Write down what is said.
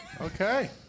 Okay